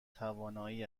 توانایی